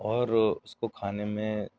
اور اُس کو کھانے میں